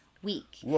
week